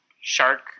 shark